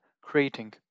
creating